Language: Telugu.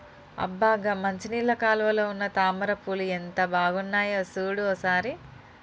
అబ్బ గా మంచినీళ్ళ కాలువలో ఉన్న తామర పూలు ఎంత బాగున్నాయో సూడు ఓ సారి